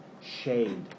shade